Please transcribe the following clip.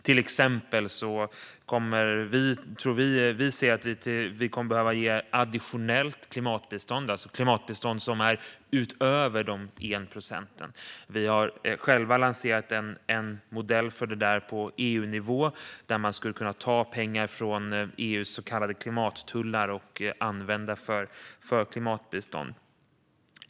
Vi kommer nog att behöva ge additionellt klimatbistånd, alltså klimatbistånd utöver biståndet på 1 procent. Vi har lanserat en modell för det på EU-nivå, där man skulle kunna ta pengar från EU:s så kallade klimattullar och använda för klimatbistånd.